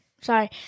Sorry